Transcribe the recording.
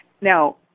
now